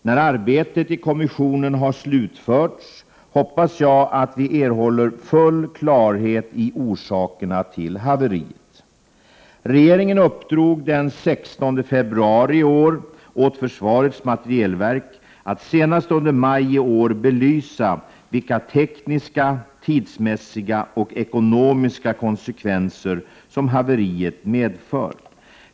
När arbetet i kommissionen har slutförts hoppas jag att vi har erhållit full klarhet i orsakerna till haveriet. Regeringen uppdrog den 16 februari i år åt försvarets materielverk att senast under maj i år belysa vilka tekniska, tidsmässiga och ekonomiska konsekvenser som haveriet medför.